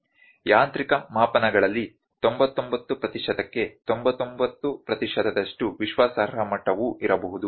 ಯಾಂತ್ರಿಕ ಮಾಪನಗಳಲ್ಲಿ 99 ಪ್ರತಿಶತಕ್ಕೆ 99 ಪ್ರತಿಶತದಷ್ಟು ವಿಶ್ವಾಸಾರ್ಹ ಮಟ್ಟವೂ ಇರಬಹುದು